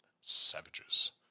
Savages